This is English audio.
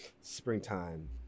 springtime